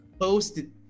posted